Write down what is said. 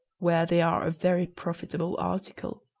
where they are a very profitable article.